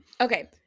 Okay